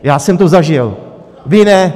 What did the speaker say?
Já jsem to zažil, vy ne.